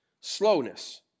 slowness